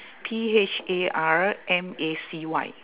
P H A R M A C Y